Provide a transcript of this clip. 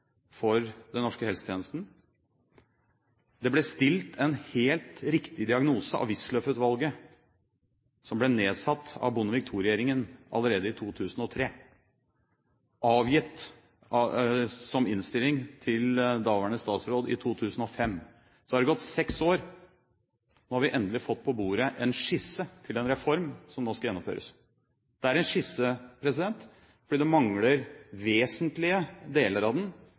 for den norske helsetjenesten. Det ble stilt en helt riktig diagnose av Wisløff-utvalget, som ble nedsatt av Bondevik II-regjeringen allerede i 2003, og som avga sin innstilling til daværende statsråd i 2005. Så har det gått seks år. Nå har vi endelig fått på bordet en skisse til en reform som nå skal gjennomføres. Det er en skisse, fordi det mangler vesentlige deler av den